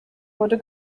wurde